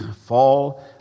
fall